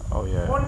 oh ya